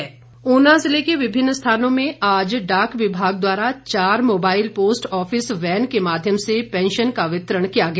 pension वितरण ऊना ज़िले के विभिन्न स्थानों में आज डाक विभाग द्वारा चार मोबाईल पोस्ट ऑफिस वैन के माध्यम से पैंशन का वितरण किया गया